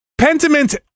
Pentiment